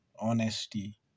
honesty